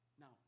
Now